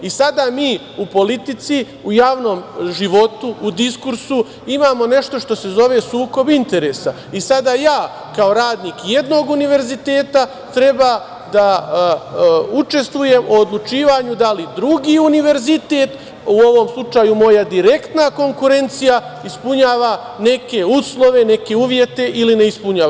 I sada mi u politici u javnom životu, u diskursu, imamo nešto što se zove sukob interesa i sada ja kao radnik jednog univerziteta treba da učestvujem u odlučivanju da li drugi univerzitet, u ovom slučaju moj direktna konkurencija, ispunjava neke uslove, neke uvjete ili ne ispunjava.